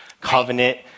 covenant